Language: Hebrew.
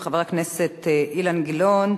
חבר הכנסת אילן גילאון,